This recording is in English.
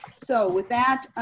so with that,